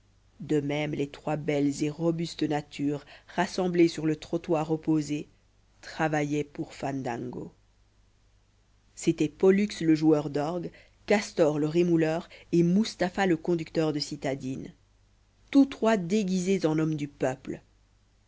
de même les trois belles et robustes natures rassemblées sur le trottoir opposé travaillaient pour fandango c'était pollux le joueur d'orgues castor le rémouleur et mustapha le conducteur de citadine tous trois déguisés en hommes du peuple